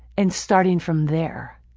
and starting from there.